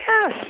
Yes